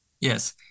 Yes